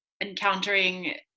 encountering